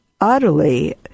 utterly